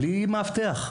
בלי מאבטח.